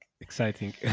exciting